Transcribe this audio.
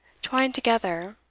twined together,